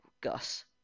Gus